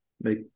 make